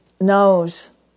knows